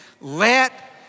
Let